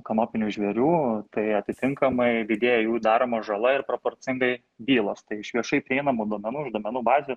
kanopinių žvėrių tai atitinkamai didėja jų daroma žala ir proporcingai bylos iš viešai prieinamų duomenų iš duomenų bazių